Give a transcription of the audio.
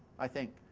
i think,